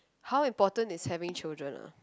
how important is having children ah